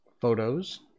Photos